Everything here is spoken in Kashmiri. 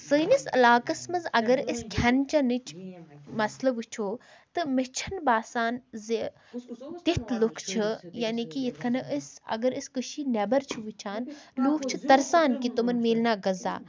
سٲنِس علاقَس منٛز اگر أسۍ کھٮ۪ن چٮ۪نٕچ مَسلہٕ وٕچھو تہٕ مےٚ چھِنہٕ باسان زِ تِتھ لُکھ چھِ یعنی کہِ یِتھ کٔنۍ أسۍ اگر أسۍ کٔشیٖر نٮ۪بَر چھِ وٕچھان لوٗکھ چھِ تَرسان کہِ تمَن مِلنا غذا